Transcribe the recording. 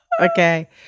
Okay